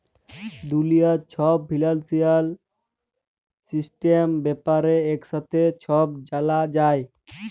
দুলিয়ার ছব financial system ব্যাপারে একসাথে ছব জালা যায়